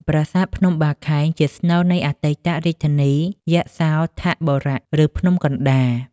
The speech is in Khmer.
ប្រាសាទភ្នំបាខែងជាស្នូលនៃអតីត រាជធានីយសោធបុរៈ ឬ ភ្នំកណ្តាល។